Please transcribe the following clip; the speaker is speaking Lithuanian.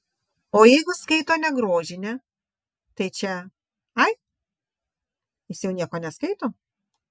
o jeigu skaito ne grožinę tai čia ai jis jau nieko neskaito